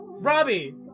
Robbie